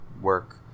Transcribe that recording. work